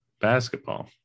basketball